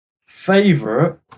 favorite